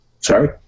sorry